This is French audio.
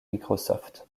microsoft